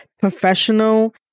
professional